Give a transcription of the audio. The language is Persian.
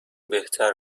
بهتر